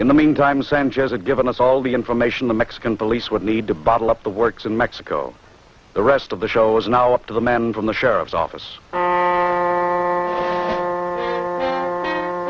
in the meantime sanjay is a given us all the information the mexican police would need to bottle up the works in mexico the rest of the show is now up to the man from the sheriff's office and